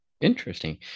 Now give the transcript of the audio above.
Interesting